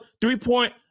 three-point